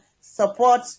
support